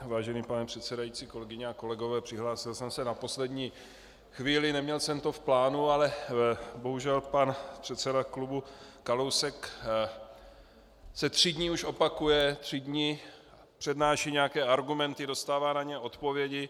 Vážený pane předsedající, kolegyně a kolegové, přihlásil jsem se na poslední chvíli, neměl jsem to v plánu, ale bohužel pan předseda klubu Kalousek se tři dny už opakuje, tři dny přednáší nějaké argumenty, dostává na ně odpovědi.